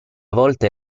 volte